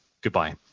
Goodbye